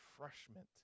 refreshment